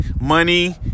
money